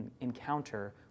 encounter